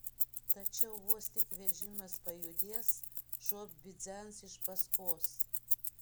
tačiau vos tik vežimas pajudės šuo bidzens iš paskos